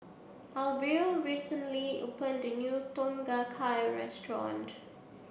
Arvil recently opened a new Tom Kha Gai Restaurant